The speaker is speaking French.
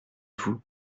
vous